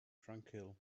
tranquil